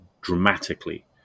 dramatically